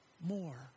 more